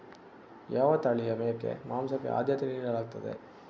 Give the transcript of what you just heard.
ಯಾವ ತಳಿಯ ಮೇಕೆ ಮಾಂಸಕ್ಕೆ ಆದ್ಯತೆ ನೀಡಲಾಗ್ತದೆ?